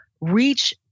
reach